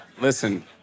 listen